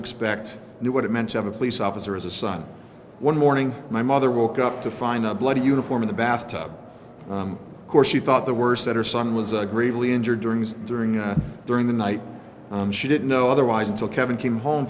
expect knew what it meant to have a police officer as a son one morning my mother woke up to find a bloody uniform in the bath tub course she thought the worst said her son was a gravely injured during during during the night and she didn't know otherwise until kevin came home